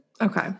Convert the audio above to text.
Okay